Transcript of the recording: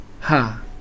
ha